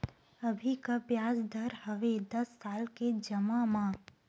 अभी का ब्याज दर हवे दस साल ले जमा मा?